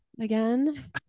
again